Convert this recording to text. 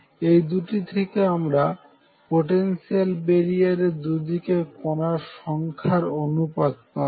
এই দুটি থেকে আমরা পোটেনশিয়াল বেরিয়ার এর দুদিকে কোনার সংখ্যার অনুপাত পাবো